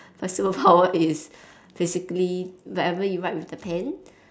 my superpower is basically whenever you write with the pen